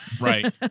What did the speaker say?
Right